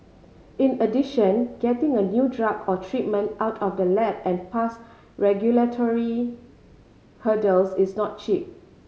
in addition getting a new drug or treatment out of the lab and past regulatory hurdles is not cheap